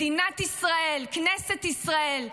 מדינת ישראל, כנסת ישראל,